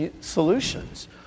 solutions